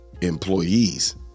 employees